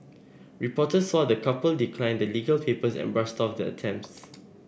reporters saw the couple decline the legal papers and brush off the attempt